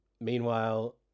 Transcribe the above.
meanwhile